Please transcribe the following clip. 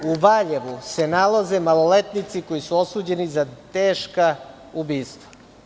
U Valjevu se nalaze maloletnici koji su osuđeni za teška ubistva.